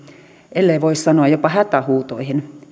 ellei voi sanoa jopa hätähuutoihin